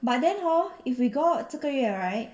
but then hor if we go out 这个月 right